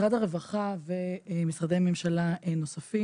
משרד הרווחה ומשרדי ממשלה נוספים,